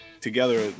together